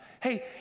Hey